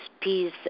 Peace